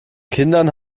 kindern